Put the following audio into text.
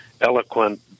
eloquent